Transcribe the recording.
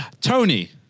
Tony